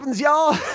y'all